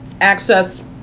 access